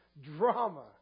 drama